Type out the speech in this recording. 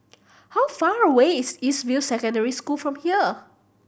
how far away is East View Secondary School from here